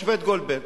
השופט גולדברג.